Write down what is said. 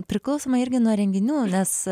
priklausomai irgi nuo renginių nes